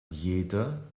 jeder